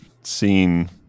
scene